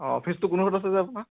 অঁ অফিছটো কোনডোখত আছিলে যে আপোনাৰ